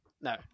No